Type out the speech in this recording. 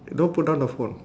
don't put down the phone